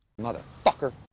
Motherfucker